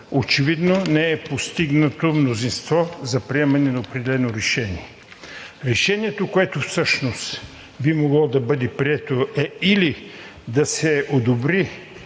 Очевидно не е постигнато мнозинство за приемане на определено решение. Решението, което всъщност би могло да бъде прието, е или да се одобри